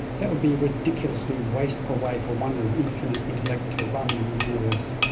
that would be a ridiculously wasteful way for one and of infinite intellect to run the universe.